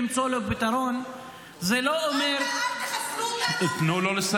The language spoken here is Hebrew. יש 20 אנשים ---- זה מה שאני מודיעה לך